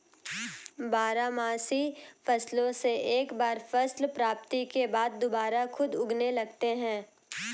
बारहमासी फसलों से एक बार फसल प्राप्ति के बाद दुबारा खुद उगने लगते हैं